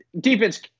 defense